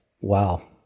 wow